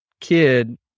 kid